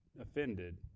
offended